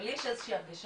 ולי יש איזו שהיא הרגשה